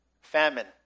famine